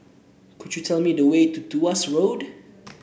could you tell me the way to Tuas Road